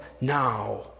now